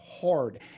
hard